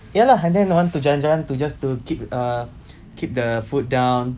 ya lah and then want to jalan-jalan to just to keep uh keep the food down